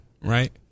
right